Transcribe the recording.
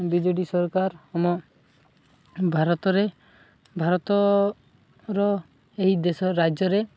ବି J D ସରକାର ଆମ ଭାରତରେ ଭାରତର ଏହି ଦେଶ ରାଜ୍ୟରେ